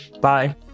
Bye